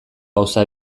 gauza